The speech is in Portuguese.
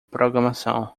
programação